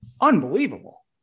unbelievable